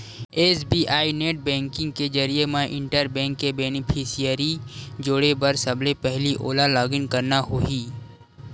SBI net banking के जरिए म इंटर बेंक बेनिफिसियरी जोड़े बर सबले पहिली ओला लॉगिन करना होही